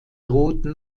roten